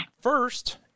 first